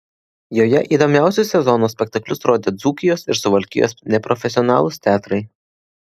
joje įdomiausius sezono spektaklius rodė dzūkijos ir suvalkijos neprofesionalūs teatrai